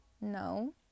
no